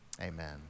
amen